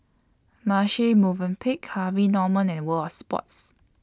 Marche Movenpick Harvey Norman and World of Sports